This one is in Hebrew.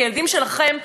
כי הילדים שלכם,